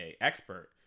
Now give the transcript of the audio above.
expert